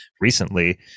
recently